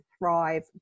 thrive